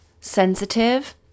sensitive